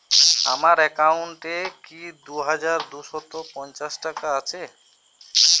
আমার অ্যাকাউন্ট এ কি দুই হাজার দুই শ পঞ্চাশ টাকা আছে?